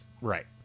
right